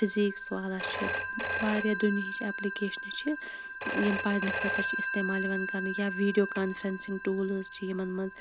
physics والا چھُ واریاہ دُنیِہٕچ ایٚپلِکیشنہٕ چھِ یِم پَرنہٕ خٲطرٕ چھِ اِستعمال یِوان کَرنہٕ یا ویٖڈیو کانفرَنسِنٛگ ٹوٗلِز چھِ یِمَن مَنٛز